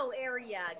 area